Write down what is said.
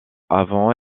avant